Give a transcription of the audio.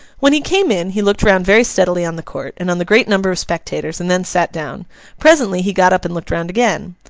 when he came in, he looked round very steadily on the court, and on the great number of spectators, and then sat down presently he got up and looked round again.